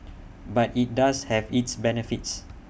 but IT does have its benefits